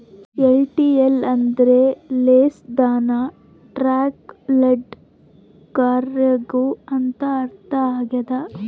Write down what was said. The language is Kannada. ಎಲ್.ಟಿ.ಎಲ್ ಅಂದ್ರ less than truck load cargo ಅಂತ ಅರ್ಥ ಆಗ್ಯದ